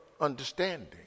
understanding